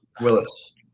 Willis